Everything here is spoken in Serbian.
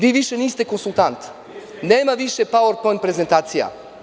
Više niste konsultant, nema više power-point prezentacija.